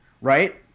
right